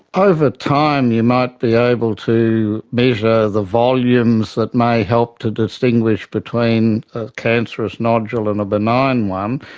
over time you might be able to measure the volumes that may help to distinguish between a cancerous nodule and a benign one,